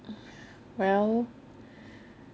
well